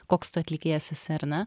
koks tu atlikėjas esi ar ne